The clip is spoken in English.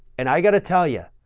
and i gotta tell ya,